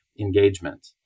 engagement